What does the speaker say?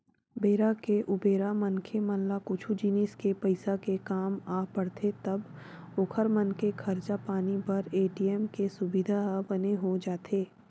बेरा के उबेरा मनखे मन ला कुछु जिनिस के पइसा के काम आ पड़थे तब ओखर मन के खरचा पानी बर ए.टी.एम के सुबिधा ह बने हो जाथे